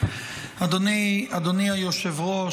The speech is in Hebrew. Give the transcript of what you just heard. אדוני היושב-ראש,